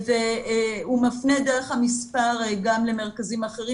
הוא מפנה דרך המספר גם למרכזים אחרים